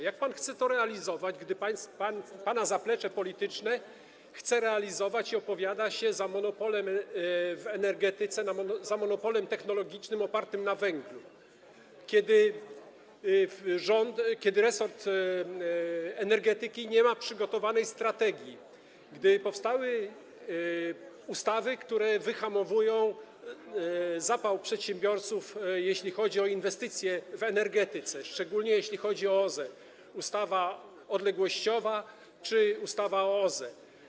Jak pan chce to realizować, gdy pana zaplecze polityczne opowiada się za monopolem w energetyce, za monopolem technologicznym opartym na węglu, gdy resort energetyki nie ma przygotowanej strategii, gdy powstały ustawy, które wyhamowują zapał przedsiębiorców, jeśli chodzi o inwestycje w energetyce, szczególnie jeśli chodzi o OZE - ustawa odległościowa czy ustawa o OZE?